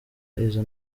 izo